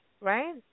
right